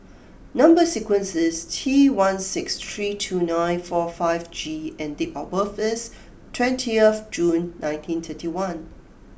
number sequence is T one six three two nine four five G and date of birth is twentieth June nineteen thirty one